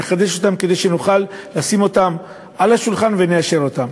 נחדש אותם כדי שנוכל לשים אותם על השולחן ולאשר אותם.